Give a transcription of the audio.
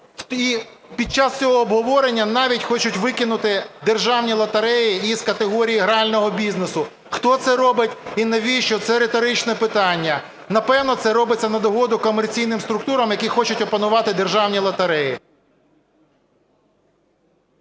І під час цього обговорення навіть хочуть викинути державні лотереї із категорії грального бізнесу. Хто це робить і навіщо, це риторичне питання. Напевно, це робиться над угоду комерційним структурам, які хочу опанувати державні лотереї.